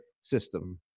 system